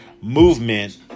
movement